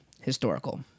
historical